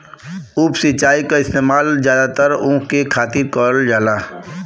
उप सिंचाई क इस्तेमाल जादातर ऊख के खातिर करल जाला